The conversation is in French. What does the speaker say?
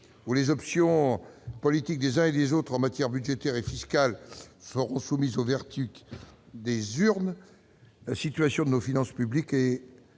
où les options politiques des uns et des autres en matière budgétaire et fiscale seront soumises au verdict des urnes. La situation de nos finances publiques est